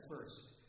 first